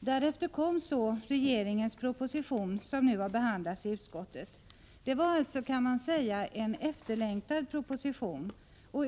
Därefter kom så regeringens proposition, som nu har behandlats i utskottet. Det var alltså, kan man säga, en efterlängtad proposition.